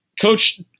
Coach